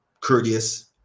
courteous